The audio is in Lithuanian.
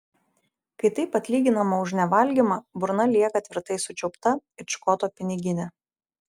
kai taip atlyginama už nevalgymą burna lieka tvirtai sučiaupta it škoto piniginė